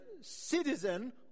citizen